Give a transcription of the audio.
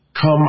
come